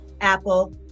Apple